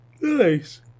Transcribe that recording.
Nice